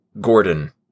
Gordon